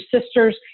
sisters